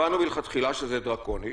הבנו מלכתחילה שזה דרקוני,